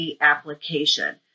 application